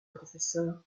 professeur